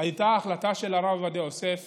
הייתה ההחלטה של הרב עובדיה יוסף